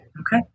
Okay